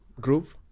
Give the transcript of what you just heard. group